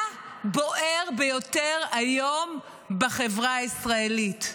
מה בוער ביותר היום בחברה הישראלית?